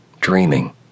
dreaming